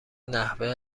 نحوه